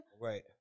Right